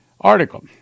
Article